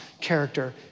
character